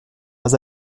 pas